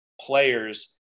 players